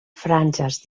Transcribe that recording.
franges